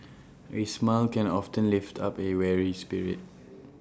A smile can often lift up A weary spirit